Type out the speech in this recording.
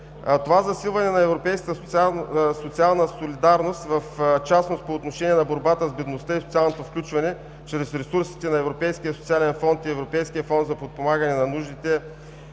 Това засилване на европейската социална солидарност в частност – по отношение на борбата с бедността и социалното включване, чрез ресурсите на Европейския социален фонд и Европейския фонд за подпомагане на нуждите,